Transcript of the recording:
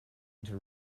into